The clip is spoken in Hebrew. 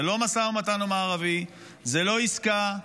זה לא המשא ומתן המערבי, זה לא עסקה.